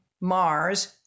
Mars